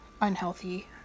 unhealthy